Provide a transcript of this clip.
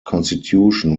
constitution